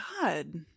God